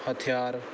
ਹਥਿਆਰ